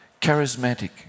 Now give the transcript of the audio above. charismatic